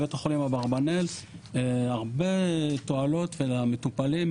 בבית החולים אברבנאל הרבה תועלות ולמטופלים,